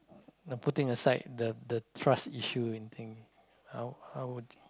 now putting aside the the trust issue in in our our